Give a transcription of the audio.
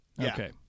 Okay